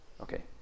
Okay